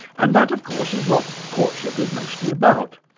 and that of course is what courtship is mostly about.